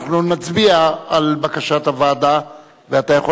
אנחנו נצביע על בקשת הוועדה ואתה יכול